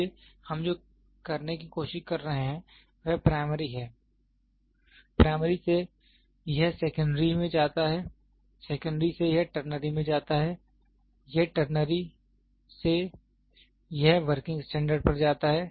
इसलिए हम जो करने की कोशिश कर रहे हैं वह प्राइमरी है प्राइमरी से यह सेकेंड्री में जाता है सेकेंड्री से यह टरनरी में जाता है यह टरनरी से यह वर्किंग स्टैंडर्ड पर जाता है